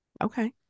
Okay